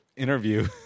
interview